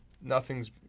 nothing's